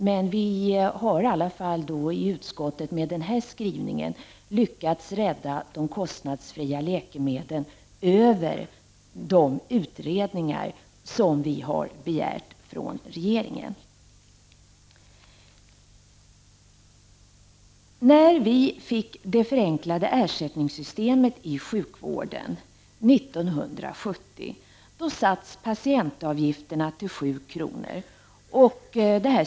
Men i utskottet har vi i alla fall med den här skrivningen lyckats rädda de kostnadsfria läkemedlen över de utredningar som vi har begärt från regeringen. När vi 1970 fick det förenklade ersättningssystemet i sjukvården sattes patientavgifterna till 7 kr.